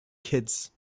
kids